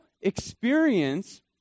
experience